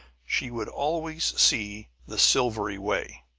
she would always see the silvery way.